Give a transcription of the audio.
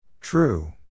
True